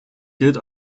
gilt